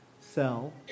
sell